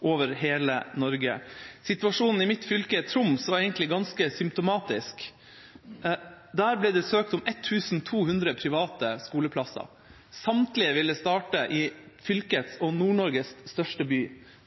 over hele Norge. Situasjonen i mitt fylke, Troms, var egentlig ganske symptomatisk. Der ble det søkt om 1 200 private skoleplasser. Samtlige ville starte i fylkets og Nord-Norges største by,